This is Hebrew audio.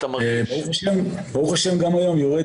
בדיון בוועדה אבל אם אנחנו כבר דנים בנושא מבחינה